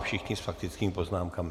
Všichni s faktickými poznámkami.